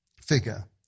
figure